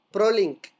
Prolink